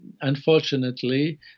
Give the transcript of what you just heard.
unfortunately